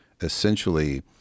essentially